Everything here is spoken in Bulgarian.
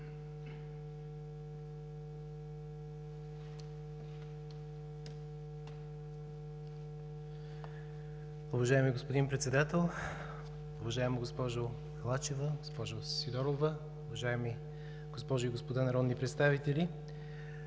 Уважаеми господин Председател, уважаема госпожо Халачева, госпожо Сидорова, уважаеми госпожи и господа народни представители!